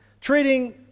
Treating